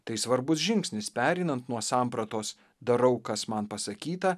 tai svarbus žingsnis pereinant nuo sampratos darau kas man pasakyta